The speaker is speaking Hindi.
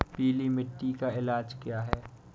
पीली मिट्टी का इलाज क्या है?